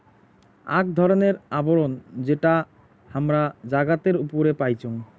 আক ধরণের আবরণ যেটা হামরা জাগাতের উপরে পাইচুং